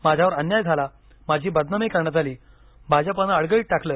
माझ्यावर अन्याय झाला माझी बदनामी करण्यात आली भाजपानं अडगळीत टाकलं